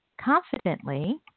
Confidently